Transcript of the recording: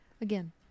Again